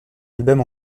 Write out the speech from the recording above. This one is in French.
albums